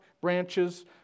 branches